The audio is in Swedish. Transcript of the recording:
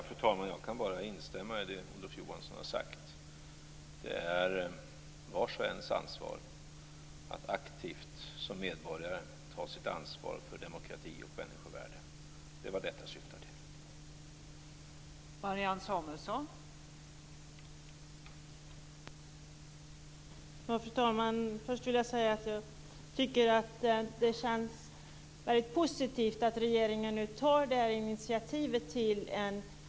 Fru talman! Jag kan bara instämma i det som Olof Johansson har sagt. Det är vars och ens ansvar att aktivt som medborgare ta sitt ansvar för demokrati och människovärde. Det är vad detta syftar till.